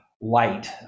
light